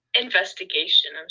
investigation